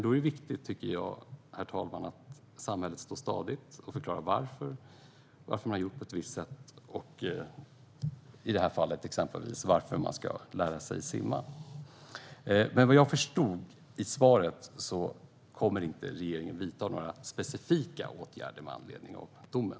Då är det viktigt, herr talman, att samhället står stadigt och förklarar varför man har gjort på ett visst sätt och varför barn ska lära sig att simma. Vad jag förstod av svaret kommer regeringen inte att vidta några specifika åtgärder med anledning av domen.